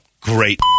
great